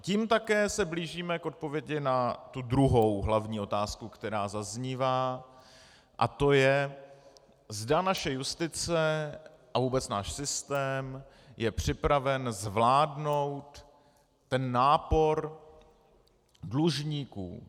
Tím se také blížíme k odpovědi na tu druhou hlavní otázku, která zaznívá, a to je, zda naše justice a vůbec náš systém je připraven zvládnout nápor dlužníků.